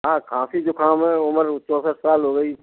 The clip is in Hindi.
हाँ खाँसी ज़ुख़ाम है उम्र चौंसठ साल हो गई